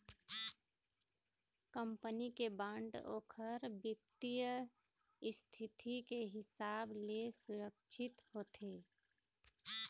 company के bond ओखर बित्तीय इस्थिति के हिसाब ले सुरक्छित होथे